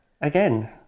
again